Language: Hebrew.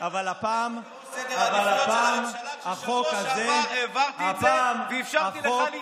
אבל הפעם החוק הזה הוא קריטי.